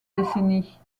décennie